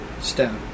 Stone